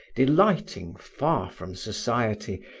delighting, far from society,